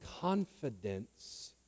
confidence